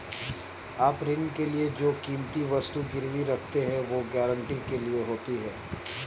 आप ऋण के लिए जो कीमती वस्तु गिरवी रखते हैं, वो गारंटी के लिए होती है